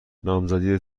نامزدی